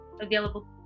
available